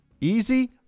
easy